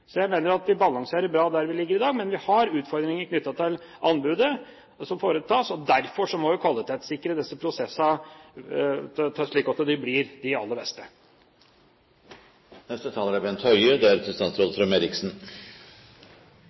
Jeg mener vi balanserer bra der vi ligger i dag, men vi har utfordringer knyttet til anbud som foretas. Derfor må vi kvalitetssikre disse prosessene, slik at de blir de aller beste.